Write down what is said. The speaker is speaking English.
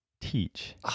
teach